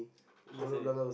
Mercedes